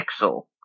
Pixel